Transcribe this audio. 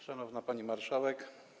Szanowna Pani Marszałek!